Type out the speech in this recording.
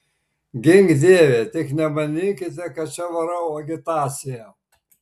gink dieve tik nemanykite kad čia varau agitaciją